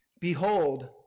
Behold